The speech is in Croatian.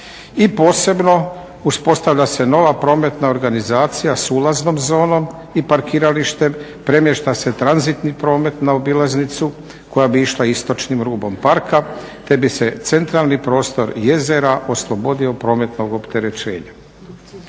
i posebno, uspostavlja se nova prometna organizacija s ulaznom zonom i parkiralištem, premješta se tranzitni promet na obilaznicu koja bi išla istočnim rubom parka, te bi se centralni prostor jezera oslobodio prometnog opterećenja.